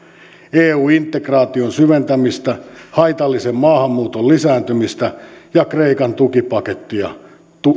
eu integ raation syventämistä haitallisen maahanmuuton lisääntymistä ja kreikan tukipaketteja